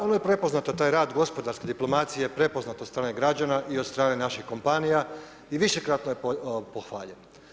Ono je prepoznato taj rad gospodarske diplomacije, prepoznat od strane građana i od strane naših kompanija i višekratno je pohvaljeno.